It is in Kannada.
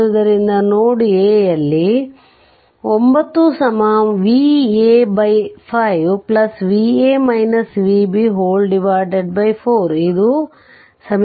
ಆದ್ದರಿಂದ ನೋಡ್ a ಯಲ್ಲಿ 9 Va 5 4